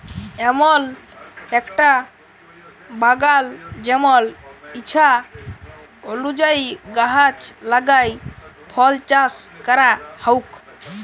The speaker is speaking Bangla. এমল একটা বাগাল জেমল ইছা অলুযায়ী গাহাচ লাগাই ফল চাস ক্যরা হউক